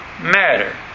matter